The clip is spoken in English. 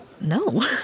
no